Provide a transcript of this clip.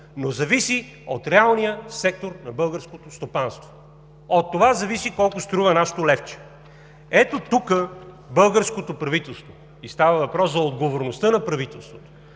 но зависи от реалния сектор на българското стопанство. От това зависи колко струва нашето левче. Ето тук българското правителство, и става въпрос за отговорността на правителството,